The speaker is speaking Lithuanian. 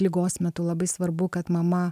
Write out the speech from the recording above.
ligos metu labai svarbu kad mama